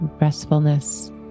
restfulness